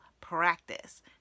practice